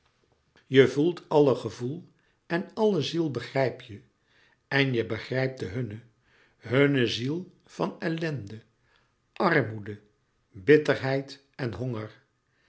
je voelt alle gevoel en alle ziel begrijp je louis couperus metamorfoze en je begrijpt de hunne hunne ziel van ellende armoede bitterheid en honger